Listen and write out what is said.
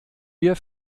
wir